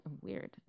Weird